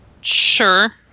Sure